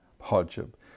hardship